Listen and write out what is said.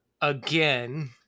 again